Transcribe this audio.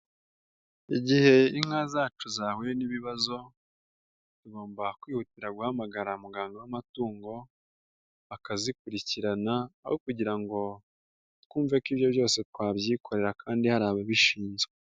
Igihe inka zacu zahuye n'ibibazo tugomba kwihutira guhamagara muganga w'amatungo akazikurikirana. Aho kugira ngo twumve ko ibyo byose twabyikorera kandi hari ababishinzwe.